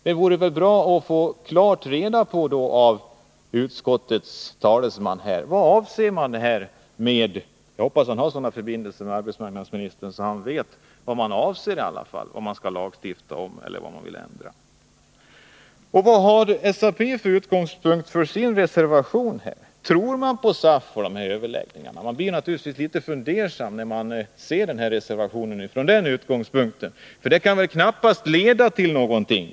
Det vore väl då bra att av utskottets talesman — jag hoppas att han har sådana förbindelser med arbetsmarknadsministern att han vet det — i klartext få reda på vad man avser att lagstifta om eller ändra. Vad har SAP för utgångspunkt för sin reservation? Tror socialdemokraterna på SAF och de här överläggningarna? På den punkten blir man litet fundersam när man ser reservationen. Överläggningarna kan väl i varje fall knappast leda till någonting.